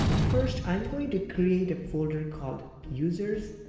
first, i am going to create a folder called users,